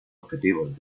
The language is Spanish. objetivos